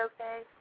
okay